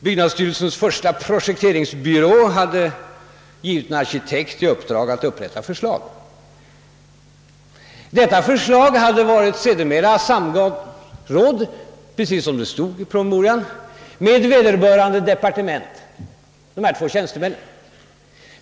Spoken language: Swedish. Byggnadsstyrelsens första projekteringsbyrå hade givit en arkitekt i uppdrag att upprätta förslag. Om detta förslag hade det sedermera varit samråd, precis som det stod i promemorian, med vederbörande departement, d. v. s. dessa två tjänstemän.